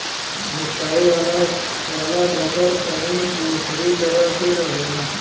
मेटकावे वाला रबड़ तनी दोसरे तरह के रहेला